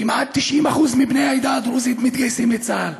כמעט 90% מבני העדה הדרוזית מתגייסים לצה"ל